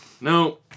No